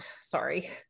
sorry